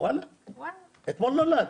אתמול נולד...